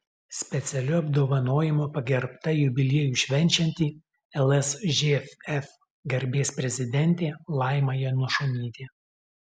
specialiu apdovanojimu pagerbta jubiliejų švenčianti lsžf garbės prezidentė laima janušonytė